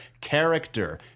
character